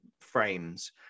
frames